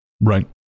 Right